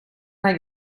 when